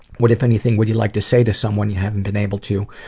what if anything would you like to say to someone you haven't been able to?